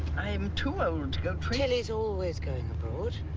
i am too old to go. tilly is always going abroad.